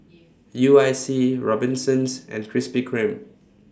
U I C Robinsons and Krispy Kreme